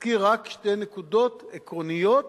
אזכיר רק שתי נקודות עקרוניות